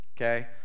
Okay